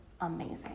amazing